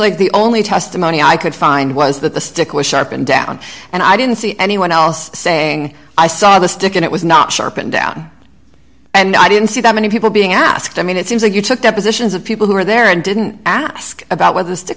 like the only testimony i could find was that the stick was sharpened down and i didn't see anyone else saying i saw the stick and it was not sharpened down and i didn't see that many people being asked i mean it seems like you took depositions of people who were there and didn't ask about whether the stick